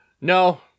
No